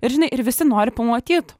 ir žinai ir visi nori pamatyt